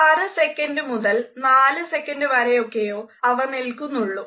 അര സെക്കൻഡ് മുതൽ നാല് സെക്കൻഡ് വരെയൊക്കെയേ അവ നിൽക്കുന്നുള്ളു